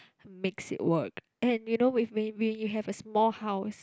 makes it work and you know with when when you have a small house